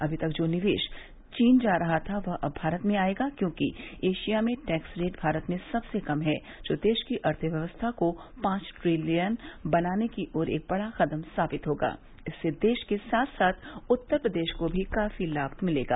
अभी तक जो निवेश चीन जा रहा था वह अब भारत में आयेगा क्योंकि एशिया में टैक्स रेट भारत में सबसे कम है जो देश की अर्थव्यवस्था को पाँच ट्रिलियन बनाने की ओर एक बड़ा कदम साबित होगा इससे देश के साथ साथ उत्तर प्रदेश को भी काफी लाभ मिलेगा